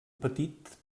petit